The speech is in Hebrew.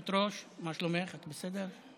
שלומך, את בסדר?